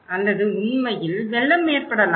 அல்லது உண்மையில் வெள்ளம் ஏற்படலாம்